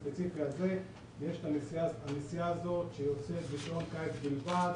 לגבי קו 42 הספציפי יש נסיעה שבשעון קיץ בלבד